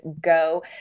go